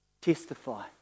testify